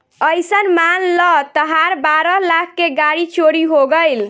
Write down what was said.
अइसन मान ल तहार बारह लाख के गाड़ी चोरी हो गइल